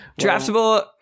draftable